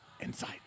inside